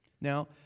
Now